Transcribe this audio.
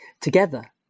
Together